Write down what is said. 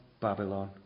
Babylon